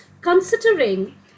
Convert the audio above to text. considering